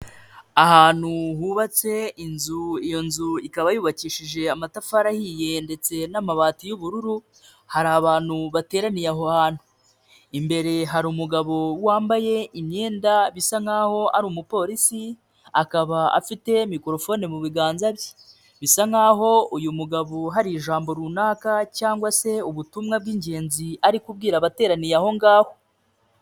Ahantu hubatse inzu iyo nzu ikaba yubakishije amatafari ahiye ndetse ni amabati y'ubururu, hari abantu bateraniye aho hantu. Imbere hari umugabo wambaye imyenda isa nkaho ari umupolisi, akaba afite mikorofone mu biganza bye, bisa nkaho uyu mugabo hari ijambo runaka cyangwa se ubutumwa bw'ingenzi ari kubwira abateraniye aho ngaho.